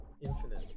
infinite